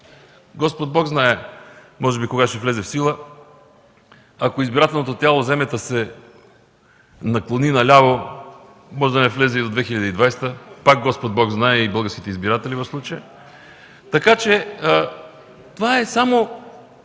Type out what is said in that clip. Господ Бог знае може би кога ще влезе в сила. Ако избирателното тяло вземе та се наклони наляво, може да не влезе и през 2020, пак Господ Бог знае и българските избиратели в случая. Така че това е само